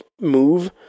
move